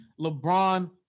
LeBron